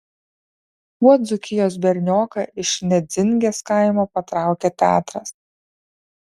kuo dzūkijos bernioką iš nedzingės kaimo patraukė teatras